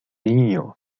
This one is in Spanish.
niño